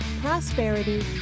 prosperity